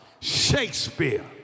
Shakespeare